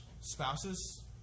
Spouses